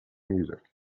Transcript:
music